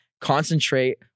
Concentrate